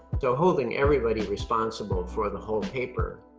so holding everybody responsible for the whole paper